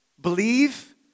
believe